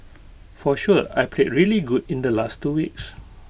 for sure I played really good in the last two weeks